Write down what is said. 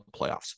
playoffs